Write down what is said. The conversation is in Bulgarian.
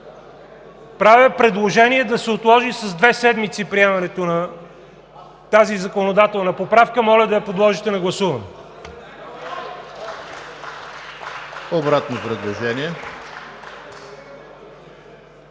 Правя предложение да се отложи с две седмици приемането на тази законодателна поправка. Моля да го подложите на гласуване. (Ръкопляскания